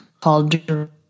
called